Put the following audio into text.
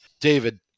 David